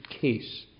case